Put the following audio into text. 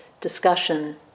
discussion